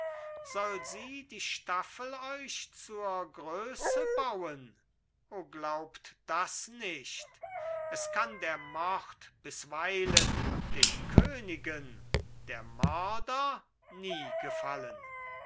soll sie die staffel euch zur größe bauen o glaubt das nicht es kann der mord bisweilen den königen der mörder nie gefallen